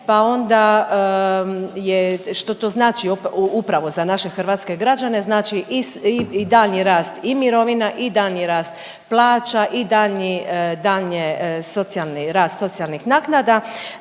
pa onda je, što to znači upravo za naše hrvatske građane, znači i daljnji rast i mirovina i daljnji rast plaća i daljnji daljnje socijalni rast